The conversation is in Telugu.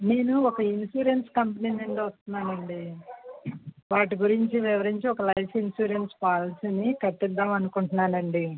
నేను ఒక ఇన్సూరెన్స్ కంపెనీ నుండి వస్తున్నానండి వాటి గురించి వివరించి ఒక లైఫ్ ఇన్సూరెన్స్ పాలసీని కట్టిద్దామని అనుకుంటున్నానండి